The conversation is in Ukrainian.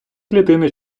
клітини